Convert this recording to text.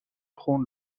خون